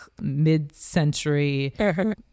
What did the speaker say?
mid-century